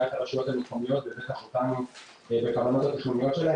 את הרשויות המקומיות ובטח אותנו בכוונות התכנוניות שלהם,